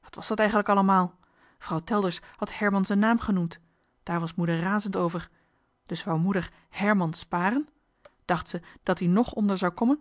wat was dat eigenlijk allemaal vrouw telders had herman z'en naam genoemd daar was moeder razend over dus wou moeder herman sparen dacht ze dat ie nog om d'er zou kommen